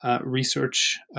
research